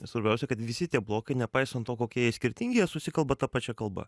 svarbiausia kad visi tie blokai nepaisant to kokie jie skirtingi susikalba ta pačia kalba